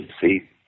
see